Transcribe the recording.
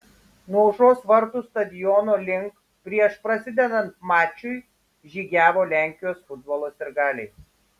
nuo aušros vartų stadiono link prieš prasidedant mačui žygiavo lenkijos futbolo sirgaliai